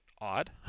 odd